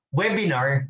webinar